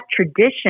tradition